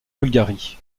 bulgarie